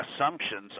assumptions